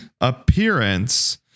appearance